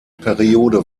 periode